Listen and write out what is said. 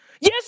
Yes